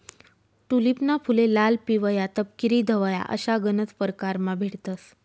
टूलिपना फुले लाल, पिवया, तपकिरी, धवया अशा गनज परकारमा भेटतंस